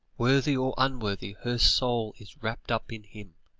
worthy or unworthy, her soul is wrapped up in him.